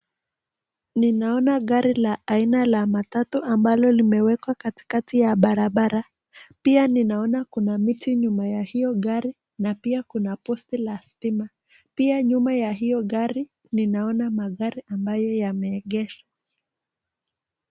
Ninaona gari la aina ya matatu ambalo limewekwa katikati ya barabara , pia ninaona kuna miti nyuma ya hiyo gari na pia kuna posti la stima. Pia nyuma ya hiyo gari ninaona magari ambayo yameegeshwa.